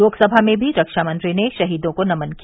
लोकसभा में भी रक्षामंत्री ने शहीदों को नमन किया